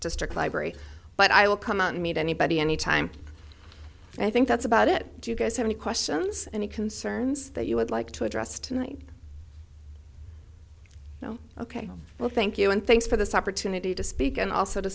district library but i will come out and meet anybody anytime i think that's about it do you guys have any questions any concerns that you would like to address tonight you know ok well thank you and thanks for this opportunity to speak and also to